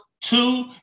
Two